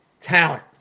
talent